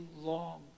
long